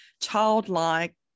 childlike